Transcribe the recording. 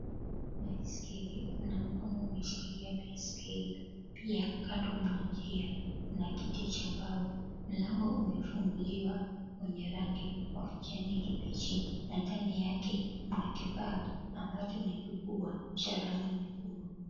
Baiskeli, kuna mkono umeshikilia baiskeli, pia kando mna njia na kiti cha mbao. Mlango umefunguliwa mwenye rangi ya kijani kibichi na ndani yake mna kifaa ambacho ni kikubwa cha rangi nyekundu.